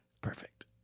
Perfect